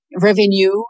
revenue